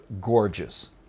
gorgeous